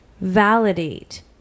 Validate